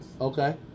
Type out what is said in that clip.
Okay